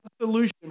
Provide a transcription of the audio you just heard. solution